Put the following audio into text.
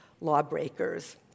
lawbreakers